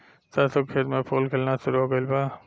सरसों के खेत में फूल खिलना शुरू हो गइल बा